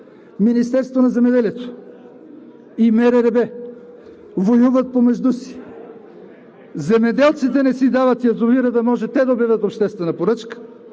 Министерството на земеделието и МРРБ воюват помежду си. Земеделците не си дават язовира, да може те да обявят обществена поръчка,